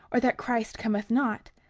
or that christ cometh not?